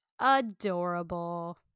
Adorable